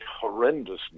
horrendous